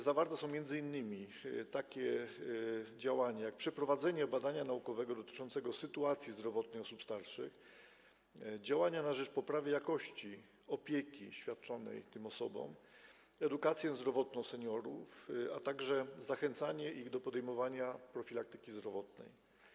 Zawarto tu m.in. takie działania, jak przeprowadzenie badania naukowego dotyczącego sytuacji zdrowotnej osób starszych, działania na rzecz poprawy jakości opieki świadczonej wobec tych osób, edukację zdrowotną seniorów, a także zachęcanie ich do podejmowania profilaktyki zdrowotnej.